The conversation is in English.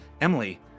emily